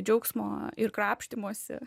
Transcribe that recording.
džiaugsmo ir krapštymosi